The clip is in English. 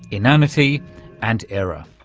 inanity and error.